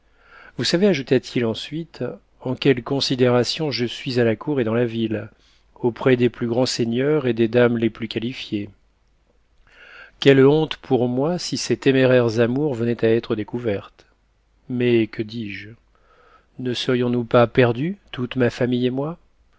vous savez ajouta-t-il ensuite en quelle considération je suis à la cour et dans la ville auprès des plus grands seigneurs et des dames les plus qualifiées quelle honte pour moi si ces téméraires amours venaient à être découvertes mais que dis-je ne serions-nous pas perdus toute ma famille et moi